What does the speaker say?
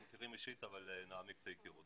אנחנו לא מכירים אישית אבל נעמיק את ההיכרות,